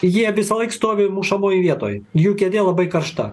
jie visąlaik stovi mušamoj vietoj jų kėdė labai karšta